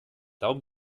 darum